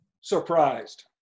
Surprised